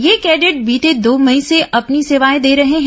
ये कैडेट बीते दो मई से अपनी सेवाएं दे रहे हैं